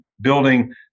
building